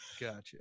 gotcha